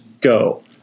go